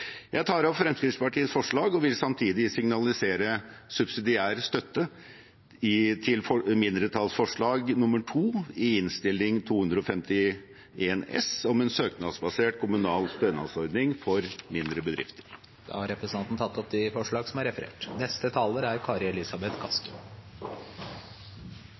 Jeg tar opp Fremskrittspartiets forslag og vil samtidig signalisere subsidiær støtte til mindretallsforslag nr. 2 i Innst. 251 S, om en søknadsbasert kommunal stønadsordning for mindre bedrifter. Da har representanten Hans Andreas Limi tatt opp de forslagene han refererte til. Det er helt riktig at det nå er